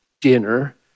dinner